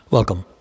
Welcome